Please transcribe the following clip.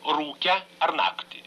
rūke ar naktį